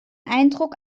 eindruck